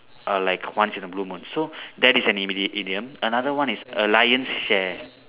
uh like once in a blue moon so that is an im~ idiom another one is a lion's share